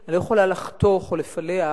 אחריך,